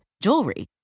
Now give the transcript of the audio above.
jewelry